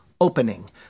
opening